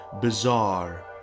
bizarre